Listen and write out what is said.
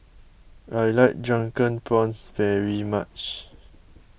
I like Drunken Prawns very much